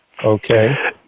Okay